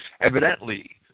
Evidently